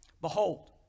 Behold